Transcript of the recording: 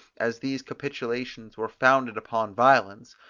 as these capitulations were founded upon violence,